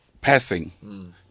passing